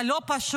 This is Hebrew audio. זה היה לא פשוט